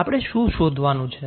અને આપણે શું શોધવાનું છે